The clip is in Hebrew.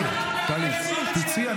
טלי, תצאי.